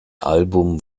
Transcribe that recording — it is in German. album